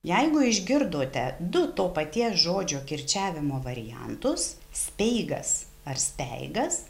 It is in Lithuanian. jeigu išgirdote du to paties žodžio kirčiavimo variantus speigas ar speigas